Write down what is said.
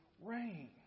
rain